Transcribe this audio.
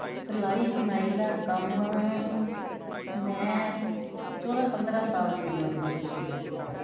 ਸਲਾਈ ਬੁਣਾਈ ਦਾ ਕੰਮ ਮੈਂ ਚੋਦਾਂ ਪੰਦਰਾਂ ਸਾਲ ਦੀ ਉਮਰ ਵਿੱਚ ਸ਼ੁਰੂ ਕੀਤਾ